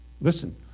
listen